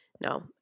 No